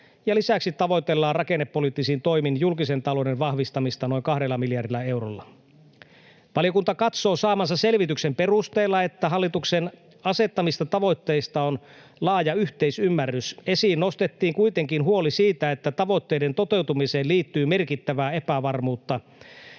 lisäksi tavoitellaan rakennepoliittisin toimin julkisen talouden vahvistamista noin kahdella miljardilla eurolla. Valiokunta katsoo saamansa selvityksen perusteella, että hallituksen asettamista tavoitteista on laaja yhteisymmärrys. Esiin nostettiin kuitenkin huoli siitä, että tavoitteiden toteutumiseen liittyy merkittävää epävarmuutta